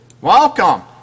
Welcome